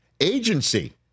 agency